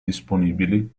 disponibili